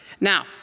Now